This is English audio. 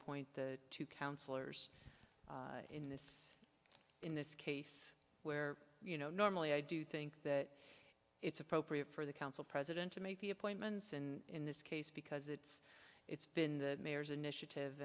appoint the two councillors in this in this case where you know normally i do think that it's appropriate for the council president to make the appointments in this case because it's it's been the mayor's initiative